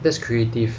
that's creative